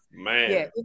Man